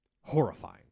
horrifying